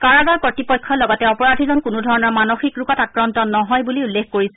কাৰাগাৰ কৰ্ড়পক্ষই লগতে অপৰাধীজন কোনোধৰণৰ মানসিক ৰোগত আক্ৰান্ত নহয় বুলি উল্লেখ কৰিছে